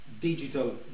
digital